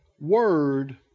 word